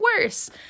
worse